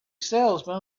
salesman